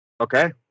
okay